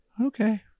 okay